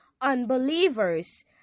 unbelievers